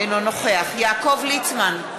אינו נוכח יעקב ליצמן,